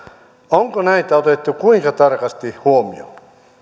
onko näitä otettu kuinka tarkasti huomioon